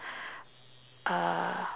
uh